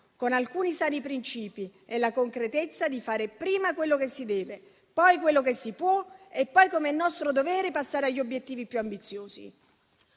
con alcuni sani principi e la concretezza di fare prima quello che si deve, poi quello che si può e poi, com'è nostro dovere, passare agli obiettivi più ambiziosi.